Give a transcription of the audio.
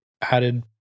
added